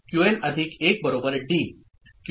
Qn1 D Qn1 T